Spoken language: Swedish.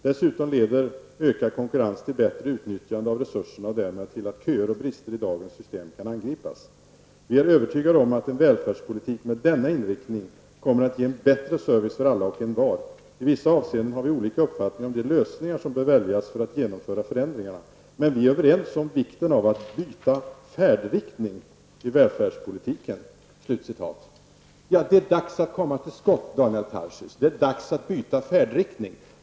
Dessutom leder ökad konkurrens till bättre utnyttjande av resurserna och därmed till att köer och brister i dagens system kan angripas. Vi är övertygade om att en välfärdspolitik med denna inriktning kommer att ge en bättre service för alla och envar. I vissa avseenden har vi olika uppfattningar om de lösningar som bör väljas för att genomföra förändringarna. Men vi är överens om vikten av att byta färdriktning i välfärdspolitiken. Ja, det är dags att komma till skott, Daniel Tarschys. Det är dags att byta färdriktning.